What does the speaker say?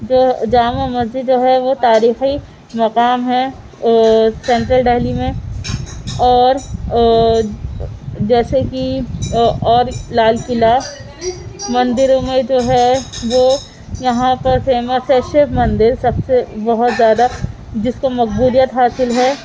جو جامع مسجد جو ہے وہ تاریخی مقام ہے سینٹرل ڈہلی میں اور جیسے کہ اور لال قلعہ مندروں میں جو ہے وہ یہاں پر فیمس ہے شیو مندر سب سے بہت زیادہ جس کو مقبولیت حاصل ہے